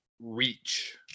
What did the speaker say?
reach